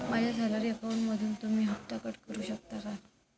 माझ्या सॅलरी अकाउंटमधून तुम्ही हफ्ता कट करू शकता का?